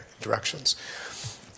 directions